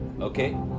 Okay